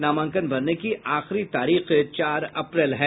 नामांकन भरने की आखिरी तारीख चार अप्रैल है